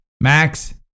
Max